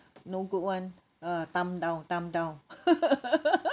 no good [one] uh thumb down thumb down